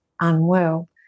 unwell